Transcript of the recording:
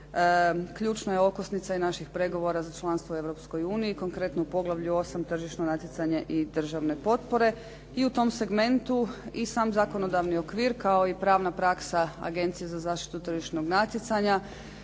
ključna je okosnica i naših pregovora za članstvo u Europskoj uniji, konkretno u Poglavlju 8 – Tržišno natjecanje i državne potpore i tom segmentu i sam zakonodavni okvir kao i pravna praksa Agencije za zaštitu tržišnog natjecanja